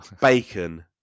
Bacon